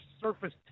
Surface